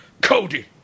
Cody